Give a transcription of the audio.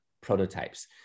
prototypes